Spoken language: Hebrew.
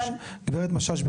אני מאוד מודה לך גברת משש.